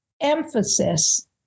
emphasis